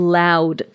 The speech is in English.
loud